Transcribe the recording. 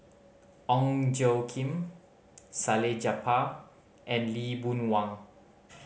Ong Tjoe Kim Salleh Japar and Lee Boon Wang